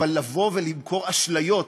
אבל לבוא ולמכור אשליות,